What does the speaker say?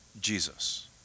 Jesus